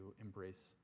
embrace